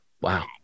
Wow